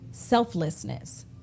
selflessness